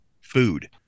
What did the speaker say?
food